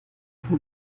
von